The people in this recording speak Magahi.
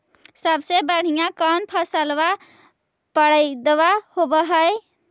सबसे बढ़िया कौन फसलबा पइदबा होब हो?